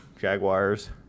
Jaguars